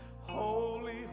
holy